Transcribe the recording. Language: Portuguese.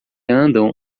andam